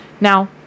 Now